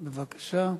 בבקשה.